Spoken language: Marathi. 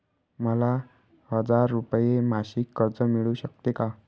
मला हजार रुपये मासिक कर्ज मिळू शकते का?